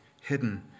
hidden